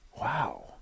Wow